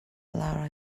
allow